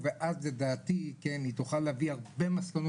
ואנחנו צריכים לקבל תקציבים